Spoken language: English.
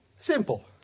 Simple